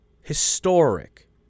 Historic